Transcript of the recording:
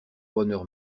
bonheur